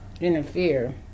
interfere